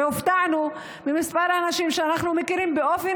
והופתענו ממספר האנשים שאנחנו מכירים באופן